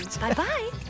Bye-bye